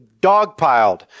dogpiled